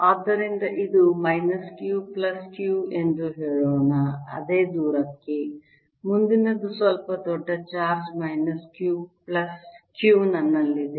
ಆದ್ದರಿಂದ ಇದು minus q plus q ಎಂದು ಹೇಳೋಣ ಅದೇ ದೂರಕ್ಕೆ ಮುಂದಿನದು ಸ್ವಲ್ಪ ದೊಡ್ಡ charge minus q plus q ನನ್ನಲ್ಲಿದೆ